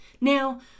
now